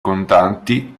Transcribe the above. contatti